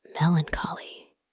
melancholy